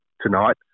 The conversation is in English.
tonight